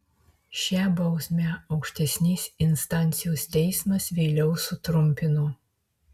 šią bausmę aukštesnės instancijos teismas vėliau sutrumpino